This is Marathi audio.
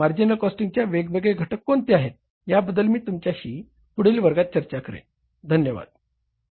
मार्जिनल कॉस्टिंगचे वेगवेगळे घटक कोणते आहे याबद्दल मी तुमच्याशी पुढील वर्गात चर्चा करेन धन्यवाद